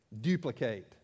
duplicate